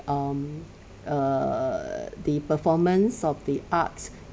um err the performance of the arts